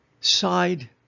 side